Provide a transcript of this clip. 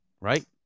right